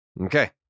Okay